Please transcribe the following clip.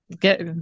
get